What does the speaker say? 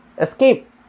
escape